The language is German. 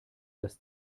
das